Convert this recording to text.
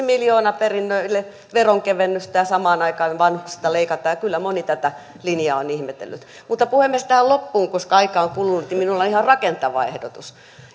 miljoonaperinnöille veronkevennystä ja samaan aikaan vanhuksilta leikataan kyllä moni tätä linjaa on ihmetellyt mutta puhemies tähän loppuun koska aikaa on kulunut minulla on ihan rakentava ehdotus